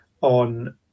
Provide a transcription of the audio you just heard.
on